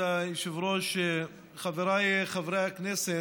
כבוד היושב-ראש, חבריי חברי הכנסת,